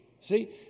See